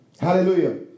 Hallelujah